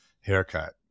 haircut